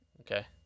okay